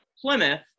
Plymouth